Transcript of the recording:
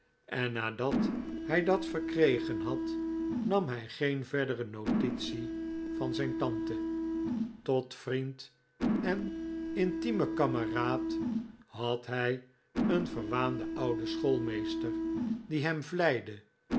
en nadat hij dat verkregen had nam hij geen verdere notitie van zijn tante tot vriend en intiemen kameraad had hij een verwaanden ouden schoolmeester die hem vleide